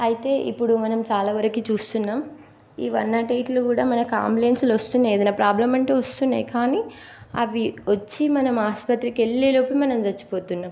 అయితే ఇప్పుడు మనం చాలా వరకు చూస్తున్నాం ఈ వన్ నాట్ ఎయిట్లు కూడా మనకు అంబులెన్స్లు వస్తున్నాయి ఏదన్నా ప్రాబ్లెమ్ అంటే వస్తున్నాయి కానీ అవి వచ్చి మనం ఆస్పత్రికి వెళ్ళేలోపు మనం చచ్చిపోతున్నాం